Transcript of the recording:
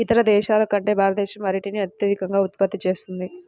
ఇతర దేశాల కంటే భారతదేశం అరటిని అత్యధికంగా ఉత్పత్తి చేస్తుంది